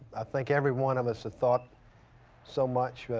think everyone of us the thought so much.